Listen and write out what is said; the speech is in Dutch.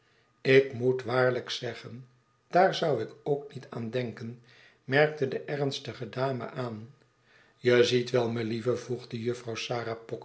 ik moet waarlijk zeggen daar zou ik ook niet aan denken merkte de ernstige dame aan je ziet wel melieve voegde jufvrouw